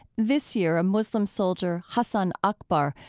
this year a muslim soldier, hasan akbar,